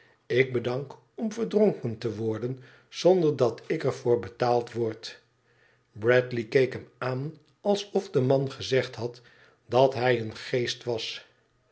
ik bedank om verdronken te worden zonder dat ik er voor betaald word bradley keek hem aan alsof de man gezegd had dat hij een geest was